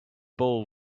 bowl